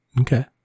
Okay